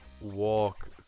walk